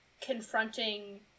confronting